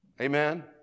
Amen